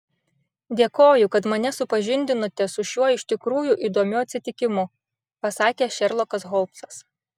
dėkoju kad mane supažindinote su šiuo iš tikrųjų įdomiu atsitikimu pasakė šerlokas holmsas